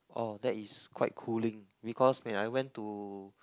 oh that is quite cooling because and I went to